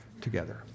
together